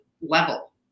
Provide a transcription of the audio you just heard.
level